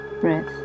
breath